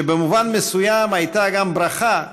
שבמובן מסוים הייתה גם ברכה,